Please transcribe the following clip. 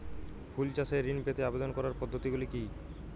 ফুল চাষে ঋণ পেতে আবেদন করার পদ্ধতিগুলি কী?